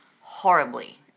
horribly